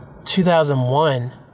2001